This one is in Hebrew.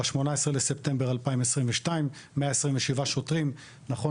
ב-18 בספטמבר 2022. 127 שוטרים נכון